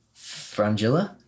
Frangilla